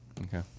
Okay